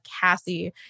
Cassie